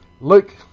Luke